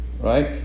Right